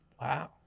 wow